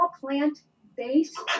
plant-based